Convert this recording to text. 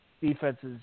defenses